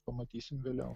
pamatysim vėliau